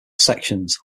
sections